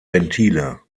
ventile